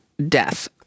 death